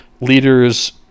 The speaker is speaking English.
leaders